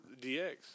DX